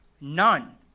None